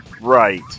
right